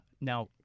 Now